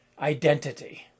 identity